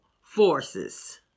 forces